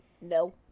No